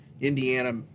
Indiana